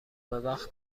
وقت